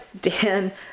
Dan